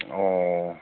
ꯑꯣ